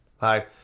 hi